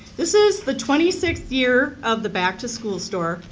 this is the twenty sixth year of the back to school store,